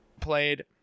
played